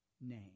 name